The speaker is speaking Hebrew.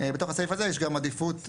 בתוך סעיף הזה יש גם עדיפות,